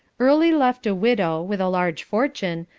early left a widow, with a large fortune,